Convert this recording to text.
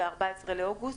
זה 14 באוגוסט,